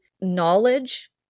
knowledge